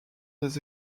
des